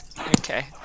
Okay